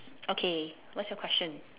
okay what's your question